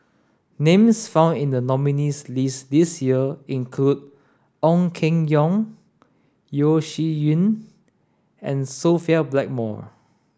names found in the nominees' list this year include Ong Keng Yong Yeo Shih Yun and Sophia Blackmore